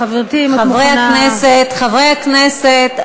חברתי, אם את מוכנה, חברי הכנסת.